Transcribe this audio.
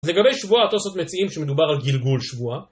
לגבי שבועה התוספות מציעים שמדובר על גלגול שבועה